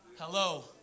Hello